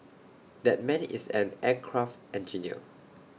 that man is an aircraft engineer